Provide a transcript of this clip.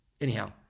Anyhow